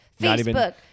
Facebook